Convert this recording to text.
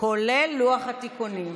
כולל לוח התיקונים.